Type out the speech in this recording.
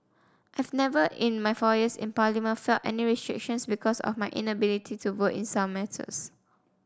I've never in my four years in Parliament felt any restrictions because of my inability to vote in some matters